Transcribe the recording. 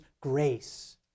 grace